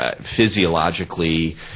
physiologically